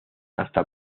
hasta